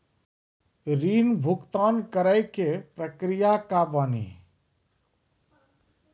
ऋण भुगतान करे के प्रक्रिया का बानी?